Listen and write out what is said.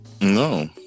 No